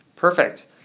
Perfect